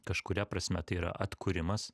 kažkuria prasme tai yra atkūrimas